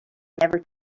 never